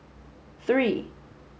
three